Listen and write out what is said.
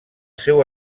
seu